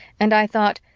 and i thought,